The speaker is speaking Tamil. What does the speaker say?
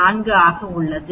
4 ஆக உள்ளது